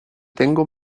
tengo